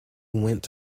went